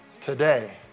today